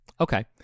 okay